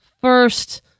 first